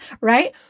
right